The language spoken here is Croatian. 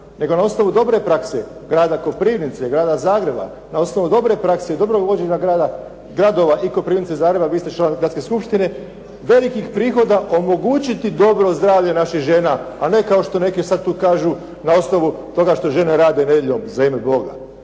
nego na osnovu dobre prakse, grada Koprivnice i grada Zagreba, na osnovu dobre prakse i dobrog vođenja gradova i Koprivnice i Zagreba, vi ste član gradske skupštine, velikih prihoda omogućiti dobro zdravlje naših žena, a ne kao što neke sada tu kažu na osnovu toga što žene rade nedjeljom, za ime Boga.